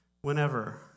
Whenever